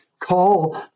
call